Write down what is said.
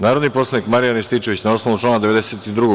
Narodni poslanik Marijan Rističević, na osnovu člana 92.